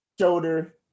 shoulder